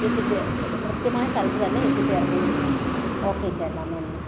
എത്തിച്ചേ കൃത്യമായ സ്ഥലത്തു തന്നെ എത്തിച്ചേർക്കുകയും ചെയ്യണം ഓക്കെ ചേട്ടാ നന്ദി